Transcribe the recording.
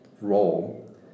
role